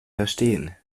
verstehen